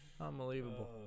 Unbelievable